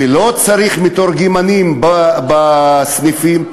ולא צריך מתורגמנים בסניפים,